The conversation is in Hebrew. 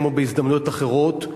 כמו בהזדמנויות אחרות,